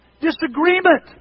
disagreement